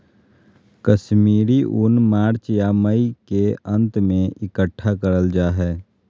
कश्मीरी ऊन मार्च या मई के अंत में इकट्ठा करल जा हय